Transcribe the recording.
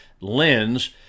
lens